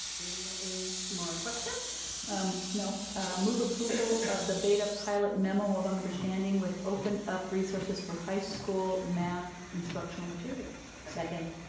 any more any more questions? no. move approval of the beta pilot memo of um understanding with open-up resources for high school math instructional materials. second.